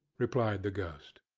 replied the ghost.